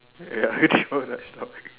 ya